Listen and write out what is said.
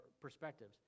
perspectives